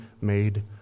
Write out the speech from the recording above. made